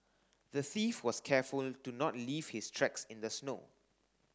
the thief was careful to not leave his tracks in the snow